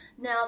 Now